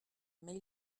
mais